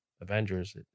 Avengers